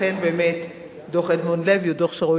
לכן באמת דוח אדמונד לוי הוא דוח שראוי